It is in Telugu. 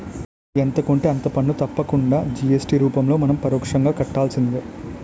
ఎంత కొంటే అంత పన్ను తప్పకుండా జి.ఎస్.టి రూపంలో మనం పరోక్షంగా కట్టాల్సిందే